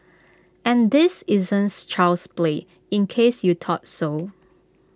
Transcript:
and this isn't child's play in case you thought so